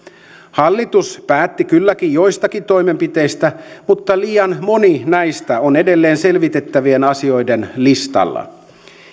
hallitus päätti kylläkin joistakin toimenpiteistä mutta liian moni näistä on edelleen selvitettävien asioiden listalla